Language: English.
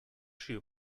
shoe